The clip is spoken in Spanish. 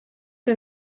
que